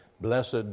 blessed